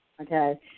okay